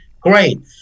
Great